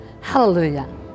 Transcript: Hallelujah